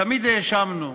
תמיד האשמנו,